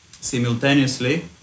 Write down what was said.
simultaneously